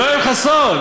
יואל חסון.